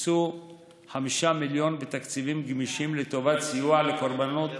הוקצו 5 מיליון שקלים בתקציבים גמישים לשם סיוע לקורבנות